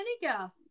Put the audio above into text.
vinegar